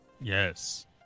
Yes